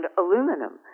aluminum